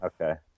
Okay